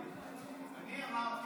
אני אמרתי